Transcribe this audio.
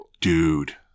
Dude